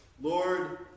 Lord